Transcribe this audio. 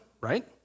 right